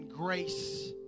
Grace